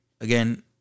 again